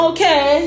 Okay